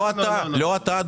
לא אתה,